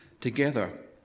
Together